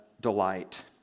delight